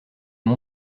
mon